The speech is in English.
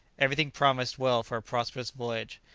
everything promised well for a prosperous voyage.